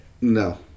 No